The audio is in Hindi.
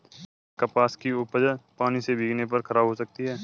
क्या कपास की उपज पानी से भीगने पर खराब हो सकती है?